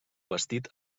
bastit